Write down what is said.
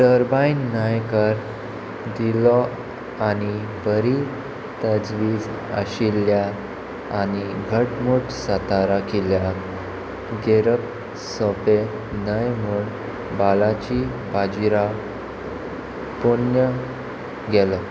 turbine न्हयकार दिलो आनी बरी तजवीज आशिल्ल्या आनी घटमूट सातारा किल्ल्या गेरप सोपें न्हय म्हूण बालाजी बाजिराव पुण्य गेलो